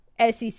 SEC